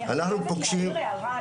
אני חייבת להעיר הערה,